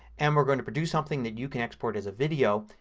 and we're going to produce something that you can export as a video,